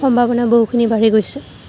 সম্ভাৱনা বহুখিনি বাঢ়ি গৈছে